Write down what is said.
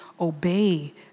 obey